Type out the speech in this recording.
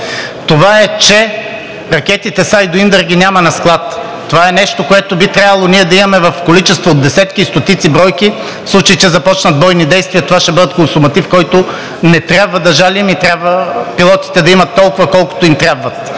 е, че ракетите Sidewinder ги няма на склад. Това е нещо, което би трябвало ние да имаме в количества от десетки и стотици бройки. В случай че започнат бойни действия, това ще бъде консуматив, който не трябва да жалим, и трябва пилотите да имат толкова, колкото им трябват.